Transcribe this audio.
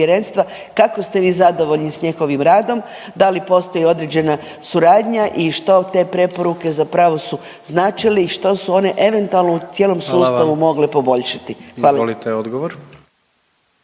kako ste vi zadovoljni s njihovim radom, da li postoji određena suradnja i što te preporuke zapravo su značili i što su one eventualno … …/Upadica predsjednik: Hvala vam./… …